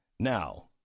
Now